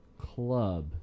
club